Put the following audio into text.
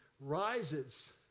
rises